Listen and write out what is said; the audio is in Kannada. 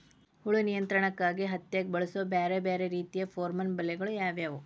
ಹುಳು ನಿಯಂತ್ರಣಕ್ಕಾಗಿ ಹತ್ತ್ಯಾಗ್ ಬಳಸುವ ಬ್ಯಾರೆ ಬ್ಯಾರೆ ರೇತಿಯ ಪೋರ್ಮನ್ ಬಲೆಗಳು ಯಾವ್ಯಾವ್?